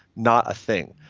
not a thing.